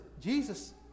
Jesus